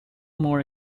more